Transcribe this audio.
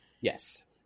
Yes